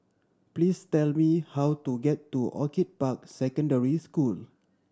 please tell me how to get to Orchid Park Secondary School